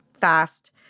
fast